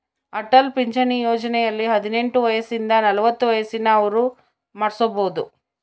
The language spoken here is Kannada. ಅಟಲ್ ಪಿಂಚಣಿ ಯೋಜನೆಯಲ್ಲಿ ಹದಿನೆಂಟು ವಯಸಿಂದ ನಲವತ್ತ ವಯಸ್ಸಿನ ಅವ್ರು ಮಾಡ್ಸಬೊದು